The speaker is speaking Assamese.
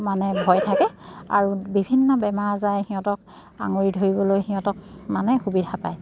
মানে ভয় থাকে আৰু বিভিন্ন বেমাৰ আজাৰে সিহঁতক আগুৰি ধৰিবলৈ সিহঁতক মানে সুবিধা পায়